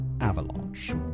Avalanche